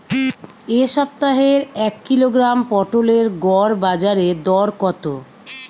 এ সপ্তাহের এক কিলোগ্রাম পটলের গড় বাজারে দর কত?